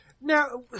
Now